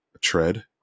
tread